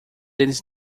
eles